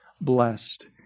blessed